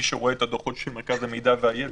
מי שרואה את הדוחות של מרכז המידע והידע,